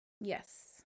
Yes